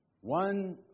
One